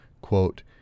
quote